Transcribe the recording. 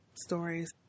stories